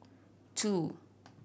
two